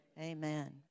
amen